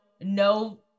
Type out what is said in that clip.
no